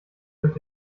durch